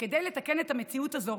שכדי לתקן את המציאות הזאת